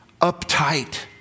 uptight